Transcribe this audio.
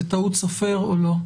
זאת טעות סופר או לא?